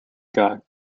god